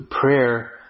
prayer